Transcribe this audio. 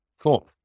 cool